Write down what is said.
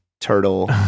turtle